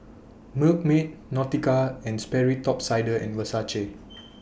Milkmaid Nautica and Sperry Top Sider and Versace